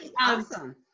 Awesome